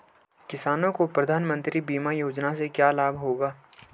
किसानों को प्रधानमंत्री बीमा योजना से क्या लाभ होगा?